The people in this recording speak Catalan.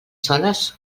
soles